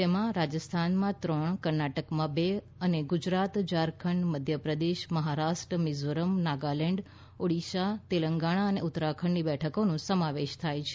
તેમાં રાજસ્થાનમાં ત્રણ કર્ણાટકમાં બે અને ગુજરાત ઝારખંડ મધ્યપ્રદેશ મહારાષ્ટ્ર મિઝોરમ નાગાલેન્ડ ઓડિશા તેલંગાણા અને ઉત્તરાખંડની બેઠકોનો સમાવેશ થાય છે